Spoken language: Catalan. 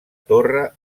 torre